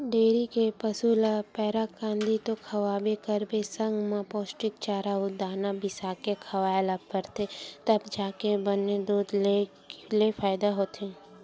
dairy के पसू ल पैरा, कांदी तो खवाबे करबे संग म पोस्टिक चारा अउ दाना बिसाके खवाए ल परथे तब जाके बने दूद ले फायदा होथे